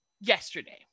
yesterday